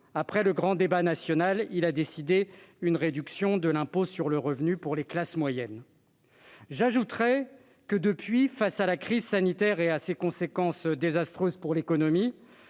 après le grand débat national, il a décidé une réduction de l'impôt sur le revenu pour les classes moyennes ». Depuis lors, face à la crise sanitaire et à ses conséquences désastreuses pour l'économie,